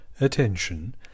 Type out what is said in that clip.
Attention